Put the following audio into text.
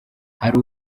hari